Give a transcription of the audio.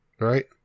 Right